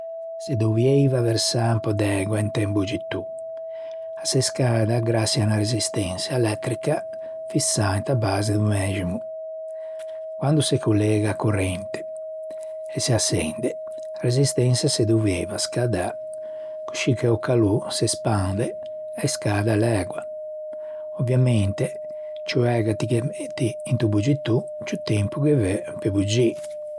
Se dovieiva versâ un pö d'ægua inte un boggitô. A se scada graçie à unna resistensa elettrica fissâ inta base do mæximo. Quando se collega corrente e se açende, a resistensa a se deuvieiva scädâ coscì che o calô se spande e scada l'ægua. Ovviamente, ciù ægua ti ghe metti into boggitô, ciù tempo che veu pe boggî.